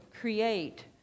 create